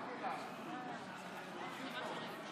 בעד,